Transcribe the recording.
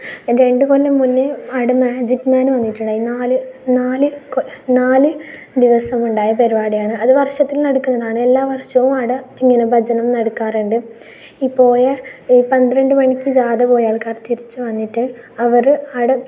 എൻ്റെ രണ്ടു കൊല്ലം മുന്നേ അവിടെ നിന്ന് മാജിക്ക് മാൻ വന്നിട്ടുണ്ടായിരുന്നു നാല് നാല് നാല് ദിവസം ഉണ്ടായ പരിപാടിയാണ് അത് വർഷത്തിൽ നടക്കുന്നതാണ് എല്ലാ വർഷവും ആടേ ഇങ്ങനെ ഭജനം നടക്കാറുണ്ട് ഈ പോയ പന്ത്രണ്ട് മണിക്ക് ജാഥ പോയ ആൾക്കാർ തിരിച്ചു വന്നിട്ട് അവർ ആടെ